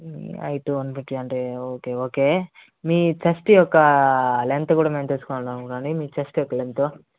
height one fifty అంటే okay okay మీ chest యొక్క లెంత్ కూడా మేం తెలుసుకోవాలనుకుంటున్నామండి మీ చెస్ట్ యొక్క లెంత్